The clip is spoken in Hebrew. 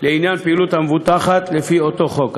לעניין פעילות המבוטחת לפי אותו חוק.